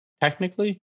Technically